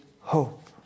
hope